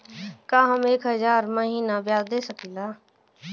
का हम एक हज़ार महीना ब्याज दे सकील?